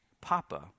papa